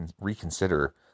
reconsider